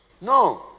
no